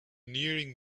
nearing